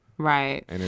Right